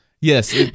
Yes